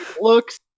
looks